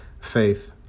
faith